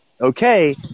okay